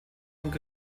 und